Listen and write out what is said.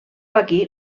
aquí